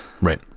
Right